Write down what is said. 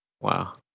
Wow